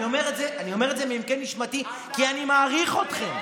אני אומר את זה מעמקי נשמתי, כי אני מעריך אתכם.